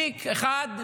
תיק אחד,